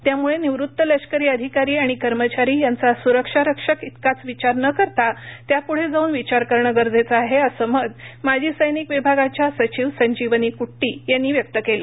त्यामुळे निवृत्त लष्करी अधिकारी आणि कर्मचारी यांचा सुरक्षा रक्षक इतकाच विचार न करता त्यापुढे जाऊन विचारा करणं गरजेच आहे असं मत माजी सैनिक विभागा च्या सचिव संजिवनी कृष्टी यांनी व्यक्त केलं